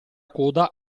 coda